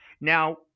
Now